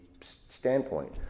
standpoint